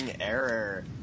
error